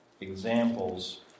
Examples